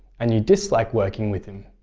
and you dislike working with him.